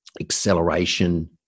acceleration